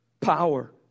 power